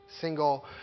single